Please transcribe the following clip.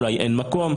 אולי אין מקום.